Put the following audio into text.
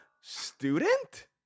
student